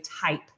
type